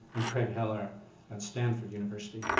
and craig heller at stanford university.